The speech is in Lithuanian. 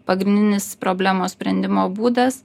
pagrindinis problemos sprendimo būdas